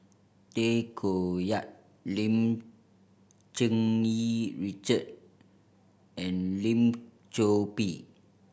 Tay Koh Yat Lim Cherng Yih Richard and Lim Chor Pee